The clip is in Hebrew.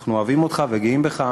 אנחנו אוהבים אותך וגאים בך.